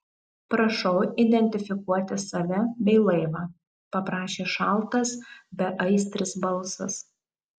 prašau identifikuoti save bei laivą paprašė šaltas beaistris balsas